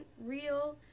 real